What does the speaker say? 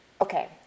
okay